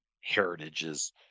heritage's